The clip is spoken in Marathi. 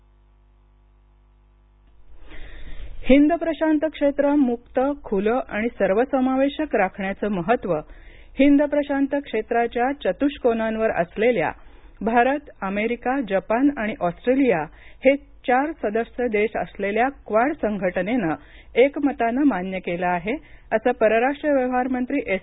जयशंकर क्वाड हिंद प्रशांत क्षेत्र मुक्त खुलं आणि सर्वसमावेशक राखण्याचं महत्त्व हिंद प्रशांत क्षेत्राच्या चत्ष्कोनांवर असलेल्या भारत अमेरिका जपान आणि ऑस्ट्रेलिया हे चार सदस्य देश असलेल्या क्वाड संघटनेनं एकमतानं मान्य केलं आहे असं परराष्ट्र व्यवहार मंत्री एस